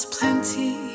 plenty